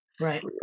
Right